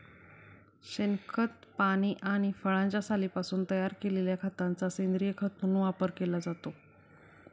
शेणखत, पाने आणि फळांच्या सालींपासून तयार केलेल्या खताचा सेंद्रीय खत म्हणून वापर केला जातो